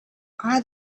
are